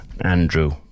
Andrew